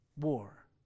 War